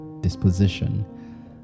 disposition